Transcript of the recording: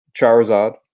Charizard